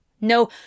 No